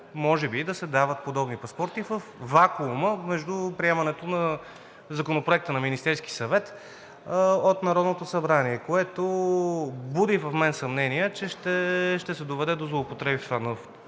може да се дават подобни паспорти във вакуума между приемането на Законопроекта на Министерския съвет от Народното събрание, което буди в мен съмнения, че ще се доведе до злоупотреби в тази